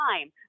time